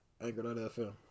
Anchor.fm